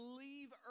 leave